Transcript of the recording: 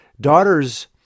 daughters